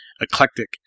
eclectic